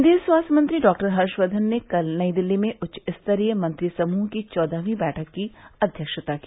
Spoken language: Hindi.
केन्द्रीय स्वास्थ्य मंत्री डॉक्टर हर्षवर्धन ने कल नई दिल्ली में उच्चस्तरीय मंत्री समूह की चौदहवीं बैठक की अध्यक्षता की